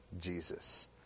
Jesus